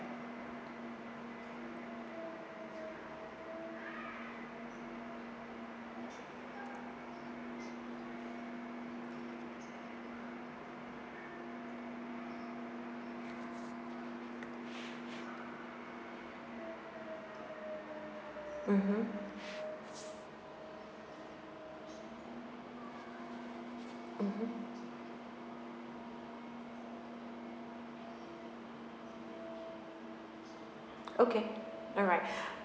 mmhmm mmhmm okay alright